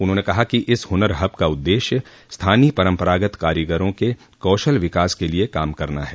उन्होंने कहा कि इस हुनर हब का उद्देश्य स्थानीय परम्परागत कारीगरों के कौशल विकास के लिए काम करना है